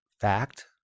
fact